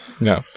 No